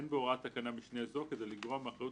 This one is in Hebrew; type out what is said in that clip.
אין בהוראת תקנת משנה זו כדי לגרוע מאחריות